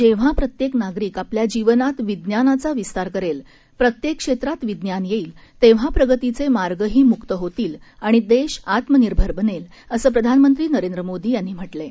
जेव्हा प्रत्येक नागरिक आपल्या जीवनात विज्ञानाचा विस्तार करेल प्रत्येक क्षेत्रात विज्ञान येईल तेव्हा प्रगतीचे मार्गही मुक्त होतील आणि देश आत्मनिर्भर बनेल असं प्रधानमंत्री नरेंद्र मोदी यांनी म्हटलं आहे